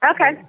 Okay